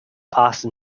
austin